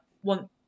one